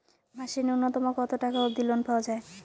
মাসে নূন্যতম কতো টাকা অব্দি লোন পাওয়া যায়?